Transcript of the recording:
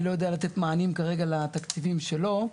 אני לא יודע לתת מענים כרגע לתקציבים שלו,